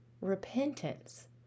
repentance